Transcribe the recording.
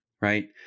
right